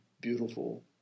beautiful